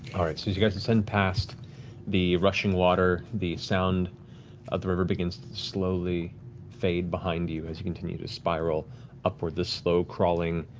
ah as you guys descend past the rushing water, the sound of the river begins to slowly fade behind you as you continue to spiral upward, this slow crawling,